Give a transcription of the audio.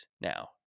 now